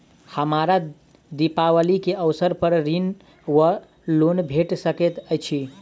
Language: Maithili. हमरा दिपावली केँ अवसर पर ऋण वा लोन भेट सकैत अछि?